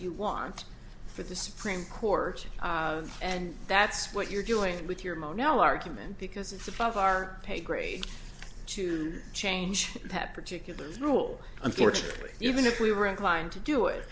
you want for the supreme court and that's what you're doing with your mono argument because it's above our paygrade to change that particular rule unfortunately even if we were inclined to do it